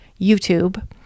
YouTube